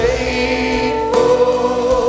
Faithful